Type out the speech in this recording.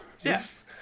yes